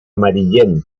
amarillento